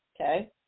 okay